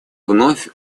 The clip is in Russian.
вновь